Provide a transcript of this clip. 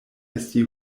esti